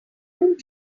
dont